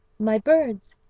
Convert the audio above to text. my birds,